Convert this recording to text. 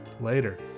later